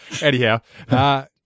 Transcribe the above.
Anyhow